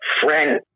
friend